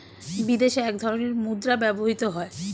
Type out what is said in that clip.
বিদেশে এক ধরনের মুদ্রা ব্যবহৃত হয়